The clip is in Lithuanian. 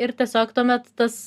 ir tiesiog tuomet tas